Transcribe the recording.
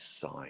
sign